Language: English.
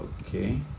okay